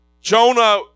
Jonah